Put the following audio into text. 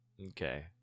Okay